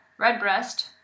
Redbreast